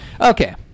Okay